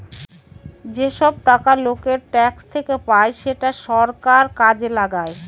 যেসব টাকা লোকের ট্যাক্স থেকে পায় সেটা সরকার কাজে লাগায়